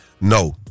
No